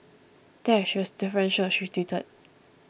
there she was deferential she tweeted